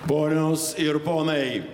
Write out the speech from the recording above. ponios ir ponai